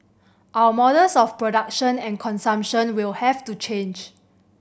our models of production and consumption will have to change